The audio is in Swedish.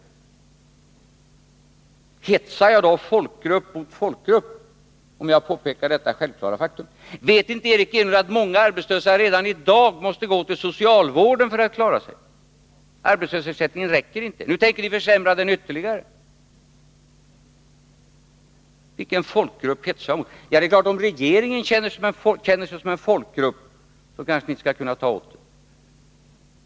Är det att hetsa folkgrupp mot folkgrupp när jag påpekar detta självklara faktum? Vet inte Eric Enlund att många arbetslösa redan i dag måste uppsöka socialvården för att klara sig? Arbetslöshetsersättningen räcker inte, och nu tänker ni försämra den ytterligare. Vilken folkgrupp hetsar jag mot i så fall? Ja, om regeringen upplever sig som en folkgrupp, så kan den kanske ta åt sig.